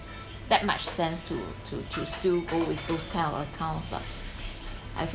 that much sense to to to still go with those kind of accounts lah I feel